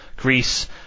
Greece